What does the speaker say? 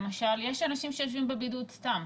יש אנשים שיושבים בבידוד סתם,